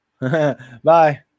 Bye